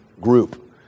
group